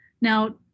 now